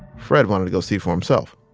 fred wanted to go see for himself.